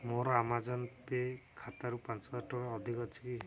ମୋର Amazon Pay ଖାତାରୁ ପାଞ୍ଚହଜାର ଟଙ୍କା ଅଧିକ ଅଛି କି